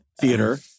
theater